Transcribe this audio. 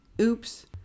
oops